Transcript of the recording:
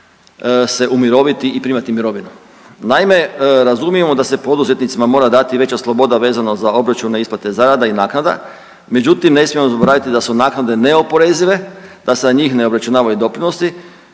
se umiroviti i primati mirovinu. Naime, razumijemo da se poduzetnicima mora dati veća sloboda vezano za obračune isplate zarada i naknada međutim ne smijemo zaboraviti da su naknade neoporezive, da se na njih ne obračunavaju doprinosi